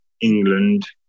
England